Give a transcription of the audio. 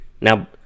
Now